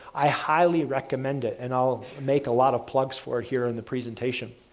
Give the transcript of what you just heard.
i highly recommend it, and i'll make a lot of plugs for it here in the presentation.